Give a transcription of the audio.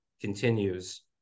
continues